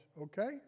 okay